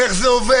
איך זה יעבוד?